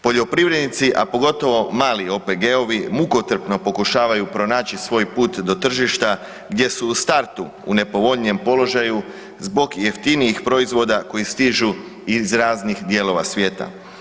Poljoprivrednici, a pogotovo mali OPG-ovi mukotrpno pokušavaju pronaći svoj put do tržišta gdje su u startu u nepovoljnijem položaju zbog jeftinijih proizvoda koji stižu iz raznih dijelova svijeta.